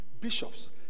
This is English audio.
bishops